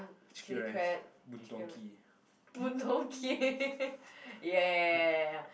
chicken rice Boon-Tong-Kee